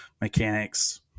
mechanics